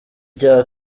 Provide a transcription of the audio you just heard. cya